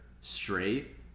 straight